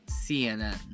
CNN